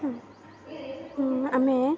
ଆମେ